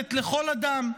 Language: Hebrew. האינטרנט לכל אדם.